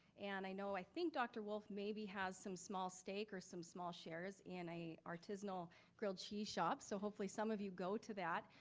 and i know i think dr. wolff maybe has some small stake or some small shares in a artisanal grilled cheese shop, so hopefully some of you go to that.